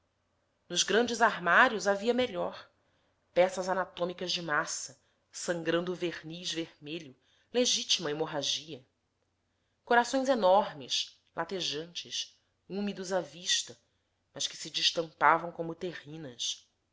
nos grandes armários havia melhor peças anatômicas de massa sangrando verniz vermelho legitima hemorragia corações enormes latejantes úmidos à vista mas que se destampavam como terrinas